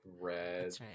red